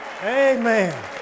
Amen